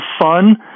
fun